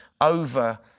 over